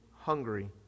hungry